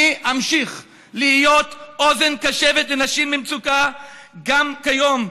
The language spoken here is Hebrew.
אני אמשיך להיות אוזן קשבת לנשים במצוקה גם כיום,